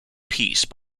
piece